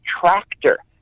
tractor